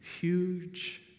Huge